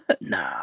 Nah